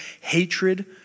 hatred